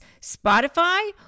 Spotify